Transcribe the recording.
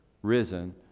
risen